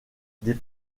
des